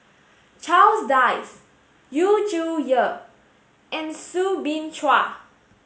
Charles Dyce Yu Zhuye and Soo Bin Chua